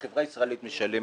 החברה הישראלית על זה.